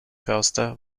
förster